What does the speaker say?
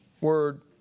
word